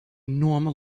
normal